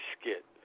skit